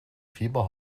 fieber